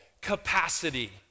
capacity